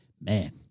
man